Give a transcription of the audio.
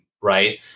Right